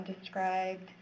described